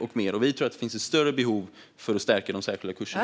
Vi tror att det finns ett större behov av att stärka de särskilda kurserna.